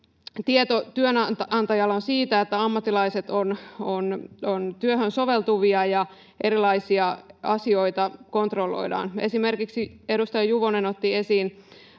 että työnantajalla on tieto siitä, että ammattilaiset ovat työhön soveltuvia, ja että erilaisia asioita kontrolloidaan. Esimerkiksi edustaja Juvonen otti esiin